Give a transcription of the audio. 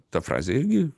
ta frazė irgi